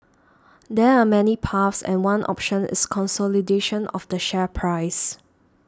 there are many paths and one option is consolidation of the share price